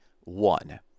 One